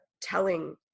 telling